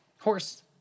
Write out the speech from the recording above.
Horse